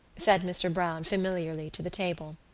said mr. browne familiarly to the table.